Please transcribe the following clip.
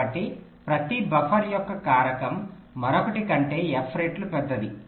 కాబట్టి ప్రతి బఫర్ యొక్క కారకం మరొకటి కంటే f రెట్లు పెద్దది